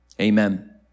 amen